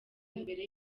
imbere